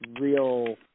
real